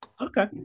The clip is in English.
okay